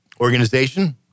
Organization